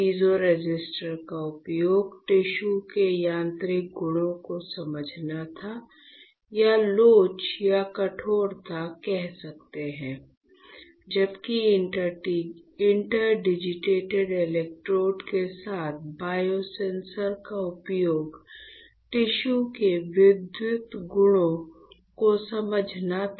piezo resistor का उपयोग tissue के यांत्रिक गुणों को समझना था या लोच या कठोरता कह सकता है जबकि इंटरडिजिटेटेड इलेक्ट्रोड के साथ बायोसेंसर का उपयोग टिश्यू के विद्युत गुणों को समझना था